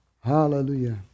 Hallelujah